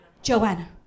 Joanna